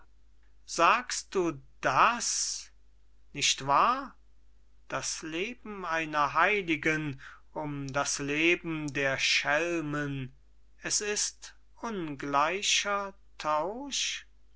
sagst du das nicht wahr das leben einer heiligen um das leben der schelmen es ist ungleicher tausch